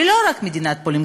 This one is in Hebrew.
ולא רק מדינת פולין,